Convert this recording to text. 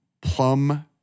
plum